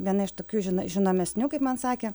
viena iš tokių žina žinomesnių kaip man sakė